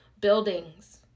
buildings